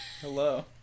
Hello